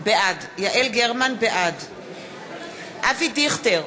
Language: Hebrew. בעד אבי דיכטר,